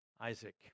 Isaac